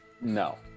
no